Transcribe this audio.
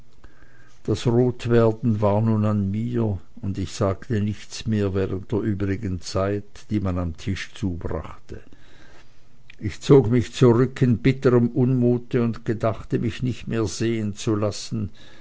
das rotwerden war nun an mir und ich sagte nichts mehr während der übrigen zeit die man am tische zubrachte ich zog mich zurück in bitterm unmute und gedachte mich nicht mehr sehen zu lassen